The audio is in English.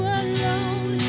alone